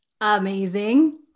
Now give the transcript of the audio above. Amazing